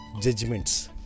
judgments